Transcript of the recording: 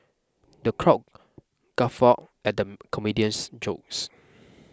the crowd guffaw at the comedian's jokes